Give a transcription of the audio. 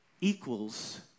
equals